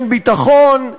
אין ביטחון,